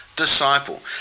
disciple